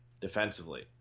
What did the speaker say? defensively